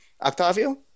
Octavio